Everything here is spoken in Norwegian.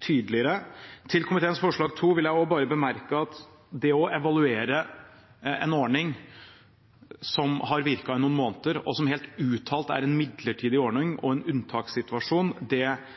tydeligere. Til komiteens forslag 2 vil jeg også bare bemerke at det å evaluere en ordning som har virket i noen måneder, og som helt uttalt er en midlertidig ordning og en unntakssituasjon, lukter litt for mye politisk agenda for vår del. Det